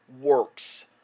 works